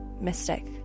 mystic